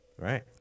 Right